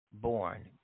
born